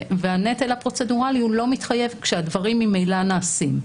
והנטל הפרוצדורלי הוא לא מתחייב כשהדברים ממילא נעשים.